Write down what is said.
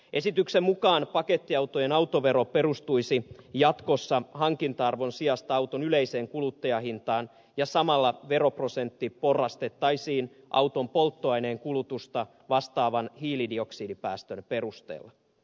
esityksen mukaan pakettiautojen autovero perustuisi jatkossa hankinta arvon sijasta auton yleiseen kuluttajahintaan ja samalla veroprosentti porrastettaisiin auton polttoaineenkulutusta vastaavan hiilidioksidipäästön perusteella